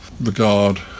regard